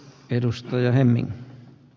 arvoisa puhemies